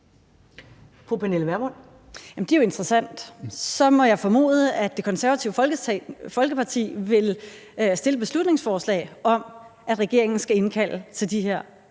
Det er jo interessant. Så må jeg formode, at Det Konservative Folkeparti vil fremsætte et beslutningsforslag om, at regeringen skal indkalde til de her